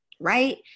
Right